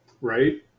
Right